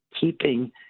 Keeping